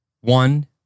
One